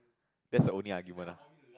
that's the only argument ah